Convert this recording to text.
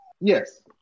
Yes